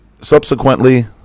subsequently